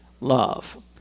love